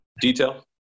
detail